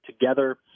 together